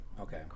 Okay